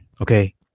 Okay